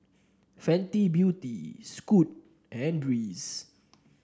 Fenty Beauty Scoot and Breeze